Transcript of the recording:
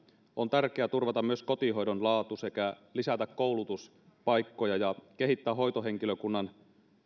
on tärkeää turvata myös kotihoidon laatu sekä lisätä koulutuspaikkoja ja kehittää hoitohenkilökunnan